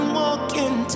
walking